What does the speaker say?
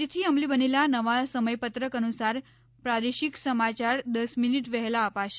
આજથી અમલી બનેલા નવા સમયપત્રક અનુસાર પ્રાદેશિક સમાચાર દસ મીનિટ વહેલા અપાશે